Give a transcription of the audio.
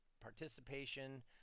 participation